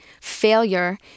failure